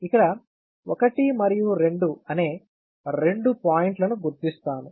ఇక్కడ 1 మరియు 2 అనే రెండు పాయింట్ లను గుర్తిస్తాను